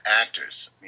actors